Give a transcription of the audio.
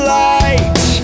light